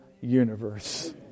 universe